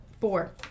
Four